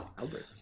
Albert